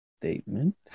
statement